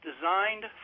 designed